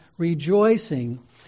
Rejoicing